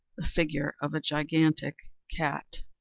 the figure of a gigantic cat.